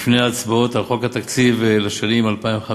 לפני ההצבעות על חוק התקציב לשנים 2015